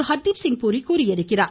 ஹர்தீப்சிங் பூரி தெரிவித்துள்ளார்